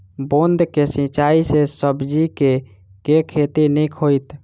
बूंद कऽ सिंचाई सँ सब्जी केँ के खेती नीक हेतइ?